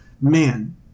Man